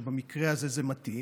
במקרה הזה זה מתאים,